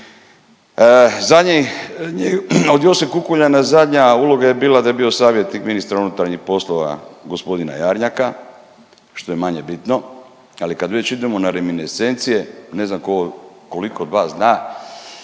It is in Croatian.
od Josip Kukuljana, zadnja uloga je bila da je bio savjetnik ministra unutarnjih poslova, g. Jarnjaka, što je manje bitno ali kad već idemo na reminiscencije, ne znam tko koliko od vas zna,